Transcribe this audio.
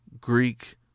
Greek